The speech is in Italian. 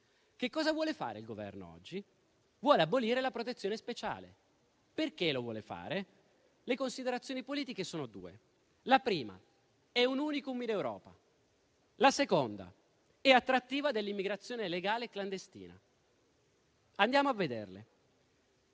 Che cosa vuole fare il Governo oggi? Vuole abolire la protezione speciale. Perché lo vuole fare? Le considerazioni politiche sono due. La prima: è un *unicum* in Europa. La seconda: è attrattiva dell'immigrazione illegale clandestina. Andiamo a vederle.